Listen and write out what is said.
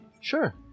Sure